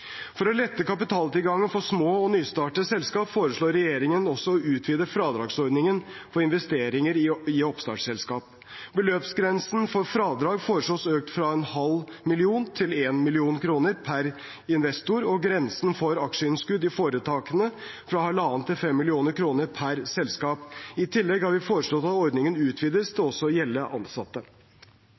For å lette kapitaltilgangen for små og nystartede selskap foreslår regjeringen å utvide fradragsordningen for investeringer i oppstartsselskap. Beløpsgrensen for fradrag foreslås økt fra 0,5 mill. kr til 1 mill. kr per investor og grensen for aksjeinnskudd i foretakene fra 1,5 mill. kr til 5 mill. kr per selskap. I tillegg har vi foreslått at ordningen utvides til også å gjelde ansatte.